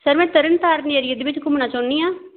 sir ਮੈਂ ਤਰਨਤਾਰਨ ਏਰੀਏ ਦੇ ਵਿੱਚ ਘੁੰਮਣਾ ਚਾਹੁੰਦੀ ਹਾਂ